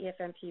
EFMP